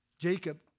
Jacob